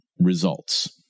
results